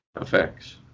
effects